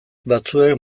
batzuek